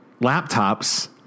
Laptops